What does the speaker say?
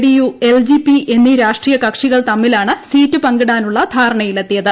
D യു എൽ ജി പിട്ടുഎന്നീ രാഷ്ട്രീയ കക്ഷികൾ തമ്മിലാണ് സീറ്റ് പങ്കിടാനുള്ള ധാര്യണ്ട്യിലെത്തിയത്